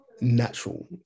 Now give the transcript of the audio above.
Natural